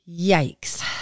Yikes